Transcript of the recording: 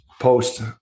post